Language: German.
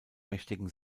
mächtigen